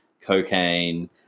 cocaine